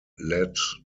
led